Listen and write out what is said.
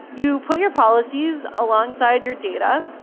you put your policies alongside your data.